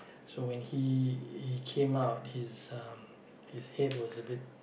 so when he he came out his uh his head was a bit